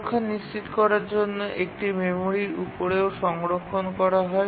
সুরক্ষা নিশ্চিত করার জন্য এটি মেমরির উপরেও সংরক্ষণ করা হয়